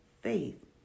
faith